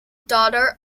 daughter